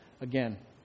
again